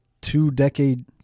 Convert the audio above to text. two-decade